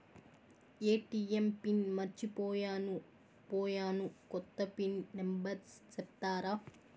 ATM pin మర్చిపోయాను పోయాను, కొత్త పిన్ నెంబర్ సెప్తారా?